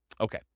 Okay